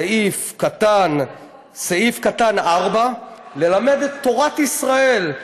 סעיף קטן (4): "ללמד את תורת ישראל,